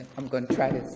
i'm going to try this.